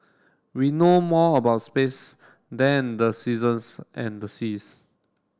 we know more about space than the seasons and the seas